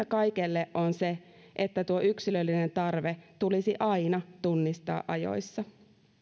kaikelle on se että tuo yksilöllinen tarve tulisi aina tunnistaa ajoissa